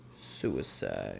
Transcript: suicide